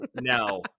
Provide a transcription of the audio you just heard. No